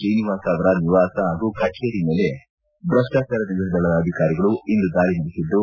ತ್ರೀನಿವಾಸ ಅವರ ನಿವಾಸ ಹಾಗೂ ಕಚೇರಿ ಮೇಲೆ ಭ್ರಷ್ಲಾಚಾರ ನಿಗ್ರಹ ದಳದ ಅಧಿಕಾರಿಗಳು ಇಂದು ದಾಳಿ ನಡೆಸಿದ್ದು